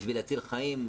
בשביל להציל חיים.